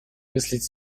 мыслить